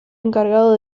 encargado